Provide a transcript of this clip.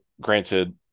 granted